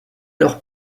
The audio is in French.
leur